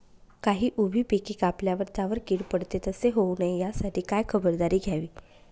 काही उभी पिके कापल्यावर त्यावर कीड पडते, तसे होऊ नये यासाठी काय खबरदारी घ्यावी?